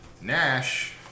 Nash